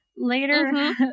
Later